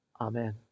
Amen